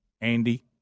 Andy